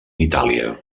itàlia